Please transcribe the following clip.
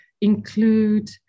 include